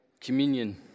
communion